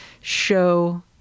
show